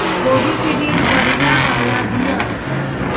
कोबी के बीज बढ़ीया वाला दिय?